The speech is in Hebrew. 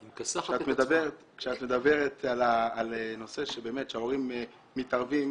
כשאת מדברת על זה שההורים מתערבים,